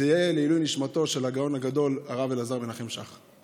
זה יהיה לעילוי נשמתו של הגאון הגדול הרב אלעזר מנחם שך.